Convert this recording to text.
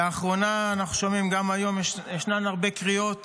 לאחרונה אנחנו שומעים, גם היום ישנן, הרבה קריאות